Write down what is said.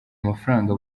amafaranga